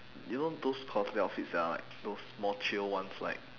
you know those cosplay outfits that are like those more chill ones like